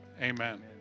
Amen